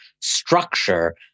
structure